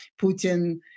Putin